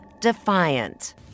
defiant